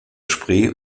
spree